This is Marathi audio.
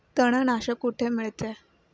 तणनाशक कुठे मिळते?